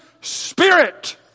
Spirit